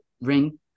ring